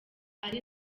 ari